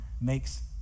makes